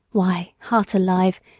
why, heart alive!